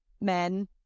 men